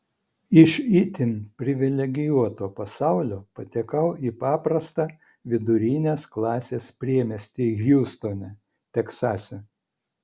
iš itin privilegijuoto pasaulio patekau į paprastą vidurinės klasės priemiestį hjustone teksase